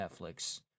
Netflix